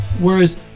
Whereas